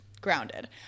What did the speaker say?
grounded